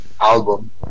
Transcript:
album